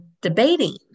debating